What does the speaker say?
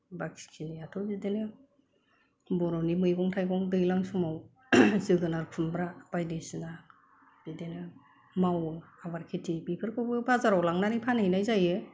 बाखिखिनियाथ' बिदिनो बर'नि मैगं थाइगं दैज्लां समाव जोगोनार खुम्ब्रा बायदिसिना बिदिनो मावो आबाद खिथि बेफोरखौबो बाजाराव लांनानै फानहैनाय जायो